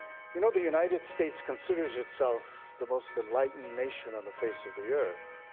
you know, the united states considered itself the most enlightened nation on the face of the earth.